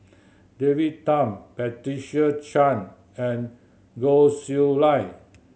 David Tham Patricia Chan and Goh Chiew Lye